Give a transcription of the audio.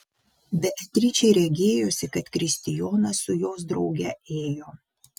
beatričei regėjosi kad kristijonas su jos drauge ėjo